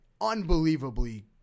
unbelievably